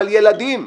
אבל ילדים,